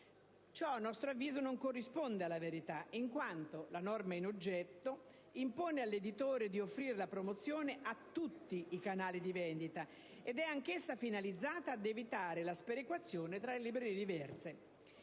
Ciò, a nostro avviso, non corrisponde alla verità, in quanto la norma in oggetto impone all'editore di offrire la promozione a tutti i canali di vendita ed è finalizzata ad evitare la sperequazione tra librerie diverse.